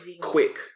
quick